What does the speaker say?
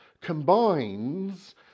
combines